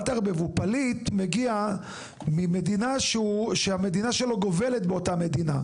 פליט מגיע שהמדינה שלו גובלת עם אותה מדינה.